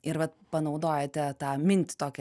ir vat panaudojate tą mintį tokią